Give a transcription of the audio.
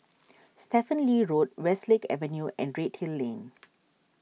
Stephen Lee Road Westlake Avenue and Redhill Lane